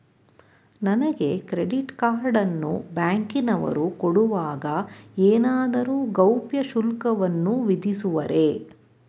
ನನಗೆ credit card ಅನ್ನು ಬ್ಯಾಂಕಿನವರು ಕೊಡುವಾಗ ಏನಾದರೂ ಗೌಪ್ಯ ಶುಲ್ಕವನ್ನು ವಿಧಿಸುವರೇ?